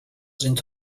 sind